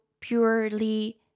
purely